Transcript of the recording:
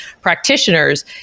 practitioners